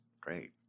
great